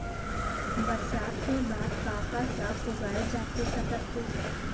बरसात के बाद का का साग उगाए जाथे सकत हे?